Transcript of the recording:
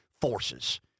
forces